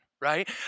right